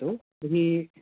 अस्तु तर्हि